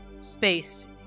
space